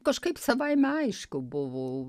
kažkaip savaime aišku buvo